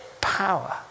power